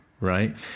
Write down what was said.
Right